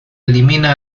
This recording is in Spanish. elimina